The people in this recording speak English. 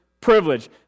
privilege